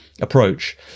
approach